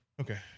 Okay